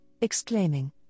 exclaiming